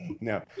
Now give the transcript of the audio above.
No